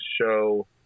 show